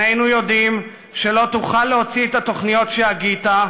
שנינו יודעים שלא תוכל להוציא את התוכניות שהגית,